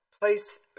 place